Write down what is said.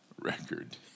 record